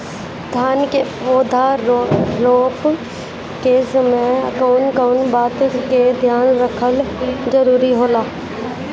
धान के पौधा रोप के समय कउन कउन बात के ध्यान रखल जरूरी होला?